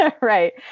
Right